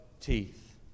teeth